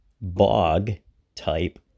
bog-type